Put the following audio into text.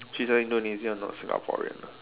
she's an Indonesian not Singaporean ah